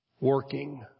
working